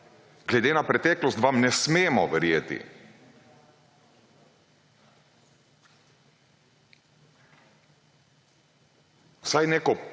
Glede na preteklost vam ne smemo verjeti. Vsaj neko